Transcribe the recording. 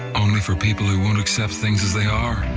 only for people who won't accept things as they are.